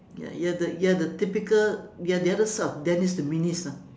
ya ya you're the you're the typical you're the other side of dennis the menace ah